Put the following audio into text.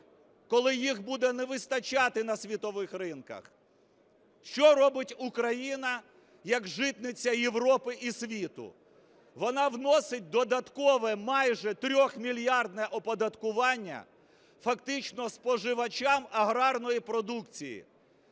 коли їх буде не вистачати на світових ринках. Що робить Україна як житниця Європи і світу? Вона вносить додаткове майже тримільярдне оподаткування фактично споживачам аграрної продукції.